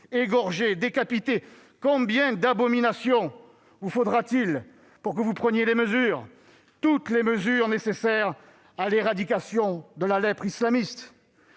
égorgés, décapités ? Combien d'abominations faudra-t-il pour que vous preniez toutes les mesures nécessaires à l'éradication de la lèpre islamiste